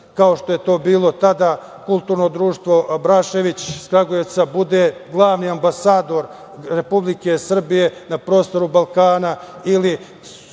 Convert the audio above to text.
kao što je to bilo tada, Kulturno društvo Abrašević iz Kragujevca bude glavni ambasador Republike Srbije na prostoru Balkana ili,